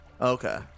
Okay